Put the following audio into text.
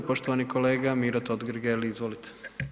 Poštovani kolega Miro Totgergeli, izvolite.